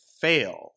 fail